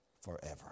forever